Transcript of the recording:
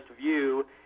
view